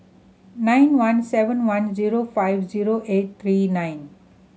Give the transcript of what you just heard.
nine one seven one zero five zero eight three nine